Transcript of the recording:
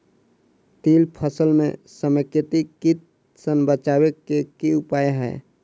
तिल फसल म समेकित कीट सँ बचाबै केँ की उपाय हय?